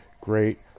great